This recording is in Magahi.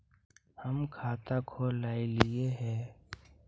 हम खाता खोलैलिये हे?